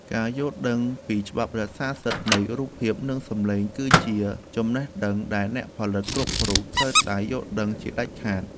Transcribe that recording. ការយល់ដឹងពីច្បាប់រក្សាសិទ្ធិនៃរូបភាពនិងសំឡេងគឺជាចំណេះដឹងដែលអ្នកផលិតគ្រប់រូបត្រូវតែយល់ដឹងជាដាច់ខាត។